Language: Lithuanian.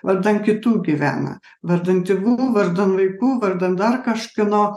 vardan kitų gyvena vardan tėvų vardan vaikų vardan dar kažkieno